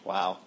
Wow